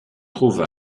trouve